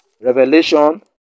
Revelation